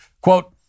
Quote